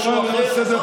משהו אחר.